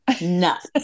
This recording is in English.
nuts